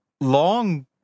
long